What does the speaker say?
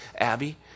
Abby